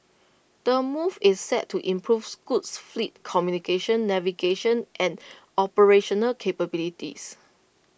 the move is set to improve Scoot's fleet's communication navigation and operational capabilities